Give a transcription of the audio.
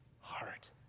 heart